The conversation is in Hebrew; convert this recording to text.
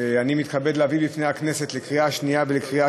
אני מתכבד להביא בפני הכנסת לקריאה שנייה ולקריאה